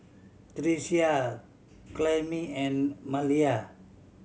Tricia Clemie and Maleah